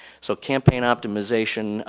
so campaign optimization,